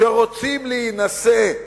שרוצים להינשא,